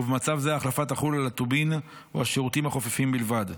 ובמצב זה ההחלפה תחול על הטובין או השירותים החופפים בלבד.